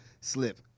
slip